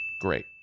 Great